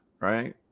right